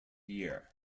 year